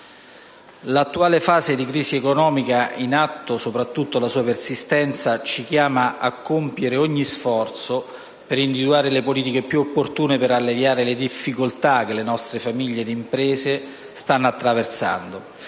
la fase di crisi economica in atto, soprattutto la sua persistenza, ci chiama a compiere ogni sforzo per individuare le politiche più opportune per alleviare le difficoltà che le nostre famiglie ed imprese stanno attraversando.